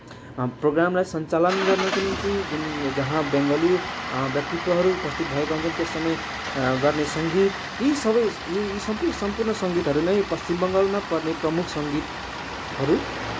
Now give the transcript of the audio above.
प्रोग्रामलाई सञ्चालन गर्नको निम्ति जुन जहाँ बेङ्गली व्यक्तित्वहरू उपस्थित भएका हुन्छन् त्यो समय गर्ने सङ्गीत यी सबै यी सबै सम्पूर्ण सङ्गीतहरू नै पश्चिम बङ्गालमा पर्ने प्रमुख सङ्गीतहरू